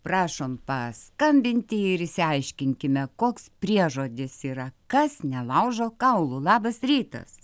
prašom paskambinti ir išsiaiškinkime koks priežodis yra kas nelaužo kaulų labas rytas